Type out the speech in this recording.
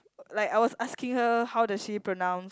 like I was asking her how does she pronounce